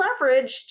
leveraged